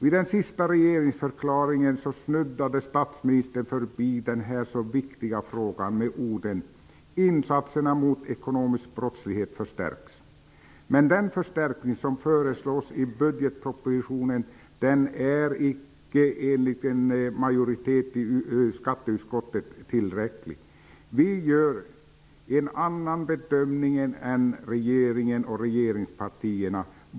I den sista regeringsförklaringen snuddade statsministern vid denna så viktiga fråga med orden: ''Insatserna mot ekonomisk brottslighet förstärks.'' Den förstärkning som föreslås i budgetpropositionen är, enligt en majoritet i skatteutskottet, inte tillräcklig. Vi gör en annan bedömning än regeringen och regeringspartierna.